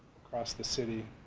across the city.